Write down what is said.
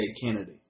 Kennedy